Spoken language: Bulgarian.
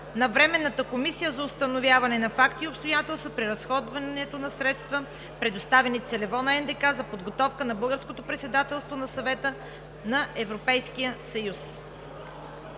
на Временната комисия за установяване на факти и обстоятелства при разходването на средства, предоставени целево на НДК за подготовката на българското председателство на Съвета на Европейския съюз